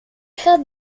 had